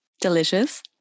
Delicious